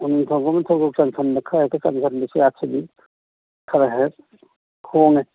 ꯎ ꯅꯤꯡꯊꯧꯒꯨꯝꯅ ꯊꯣꯛ ꯊꯣꯛ ꯆꯟꯁꯟ ꯈꯔ ꯍꯦꯛꯇ ꯆꯟꯁꯟꯕ ꯖꯥꯠꯁꯤꯗꯤ ꯈꯔ ꯍꯦꯛ ꯍꯣꯡꯉꯦ